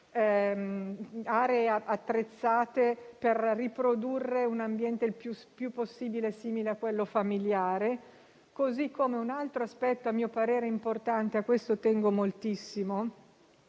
aree attrezzate per riprodurre un ambiente il più possibile simile a quello familiare. Un altro aspetto a mio parere importante e a cui tengo moltissimo